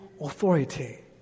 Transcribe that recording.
authority